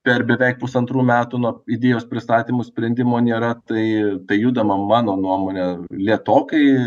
per beveik pusantrų metų nuo idėjos pristatymų sprendimo nėra tai tai judama mano nuomone lėtokai